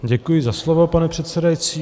Děkuji za slovo, pane předsedající.